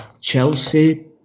Chelsea